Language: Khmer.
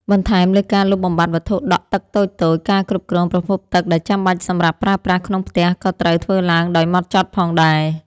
បន្ថែមលើការលុបបំបាត់វត្ថុដក់ទឹកតូចៗ ការគ្រប់គ្រងប្រភពទឹកដែលចាំបាច់សម្រាប់ប្រើប្រាស់ក្នុងផ្ទះក៏ត្រូវធ្វើឡើងដោយហ្មត់ចត់ផងដែរ។